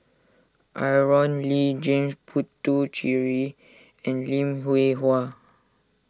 Aaron Lee James Puthucheary and Lim Hwee Hua